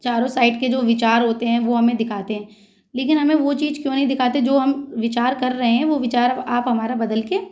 चारो साइड के जो विचार होते हैं वो हमें दिखाते हैं लेकिन हमें वो चीज क्यों नहीं दिखाते जो हम विचार कर रहे हैं वो विचार आप हमारा बदल के